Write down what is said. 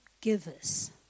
givers